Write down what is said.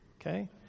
okay